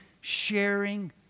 sharing